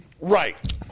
Right